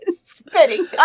spitting